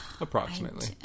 Approximately